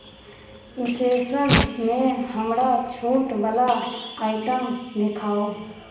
ई सेशनमे हमरा छूटवला आइटम देखाउ